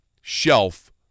shelf